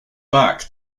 back